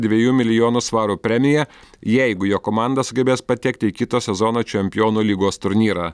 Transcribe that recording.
dviejų milijonų svarų premiją jeigu jo komanda sugebės patekti į kito sezono čempionų lygos turnyrą